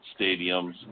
stadiums